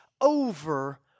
over